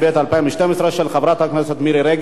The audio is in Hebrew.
חבר הכנסת בן-ארי,